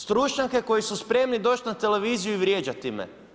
Stručnjake koji su spremni doći na televiziju i vrijeđati me.